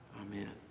Amen